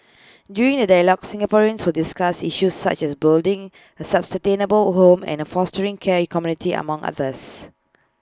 during the dialogues Singaporeans will discuss issues such as building A sustainable home and fostering caring community among others